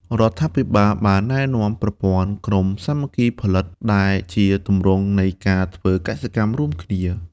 រដ្ឋាភិបាលបានណែនាំប្រព័ន្ធ ក្រុមសាមគ្គីផលិត ដែលជាទម្រង់នៃការធ្វើកសិកម្មរួមគ្នា។